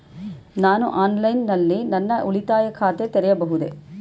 ನಾನು ಆನ್ಲೈನ್ ನಲ್ಲಿ ನನ್ನ ಉಳಿತಾಯ ಖಾತೆ ತೆರೆಯಬಹುದೇ?